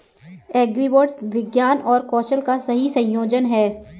agribots विज्ञान और कौशल का सही संयोजन हैं